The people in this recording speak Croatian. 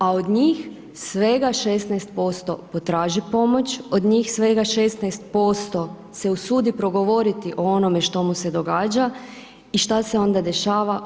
A od njih svega 16% potraži pomoć, od njih svega 16% se usudi progovoriti o onome što mu se događa i što se onda dešava?